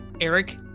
Eric